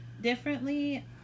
differently